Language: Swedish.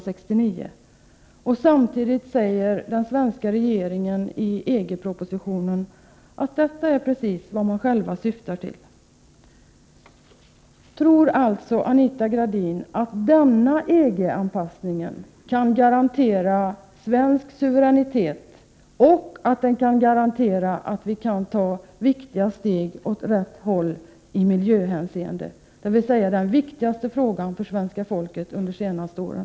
——— Samtidigt säger den svenska regeringen i EG-propositionen att detta är precis vad den själv syftar till. Tror Anita Gradin att denna EG-anpassning kan garantera svensk suveränitet och att den kan garantera att vi kan ta viktiga steg åt rätt håll i miljöhänseende? Miljön har varit den viktigaste frågan för svenska folket under de senaste åren.